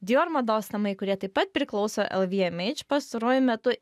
dior mados namai kurie taip pat priklauso lvmh pastaruoju metu